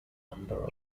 number